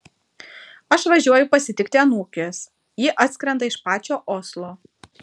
aš važiuoju pasitikti anūkės ji atskrenda iš pačio oslo